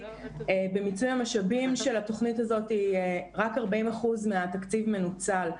במיצוי המשאבים של התוכנית הזאת רק 40% מהתקציב מנוצל,